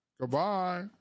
Goodbye